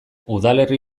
udalerri